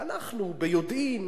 ואנחנו, ביודעין